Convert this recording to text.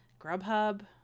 Grubhub